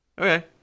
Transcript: Okay